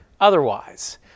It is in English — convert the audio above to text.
otherwise